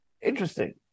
Interesting